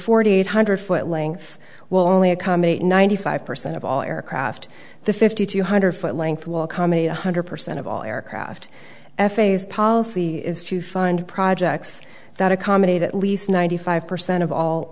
forty eight hundred foot length will only accommodate ninety five percent of all aircraft the fifty two hundred foot length will accommodate one hundred percent of all aircraft f a's policy is to fund projects that accommodate at least ninety five percent of all